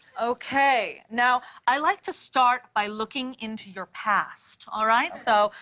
okay. now, i like to start by looking into your past. all right? so,